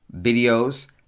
videos